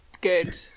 good